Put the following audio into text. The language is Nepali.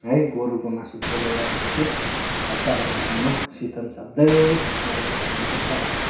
है गोरुको मासु पोलेर हुन्छ कि हल्का रक्सीसँग सितन चाप्दै गर्ने चलन चाहिँ छ